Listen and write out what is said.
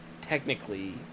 technically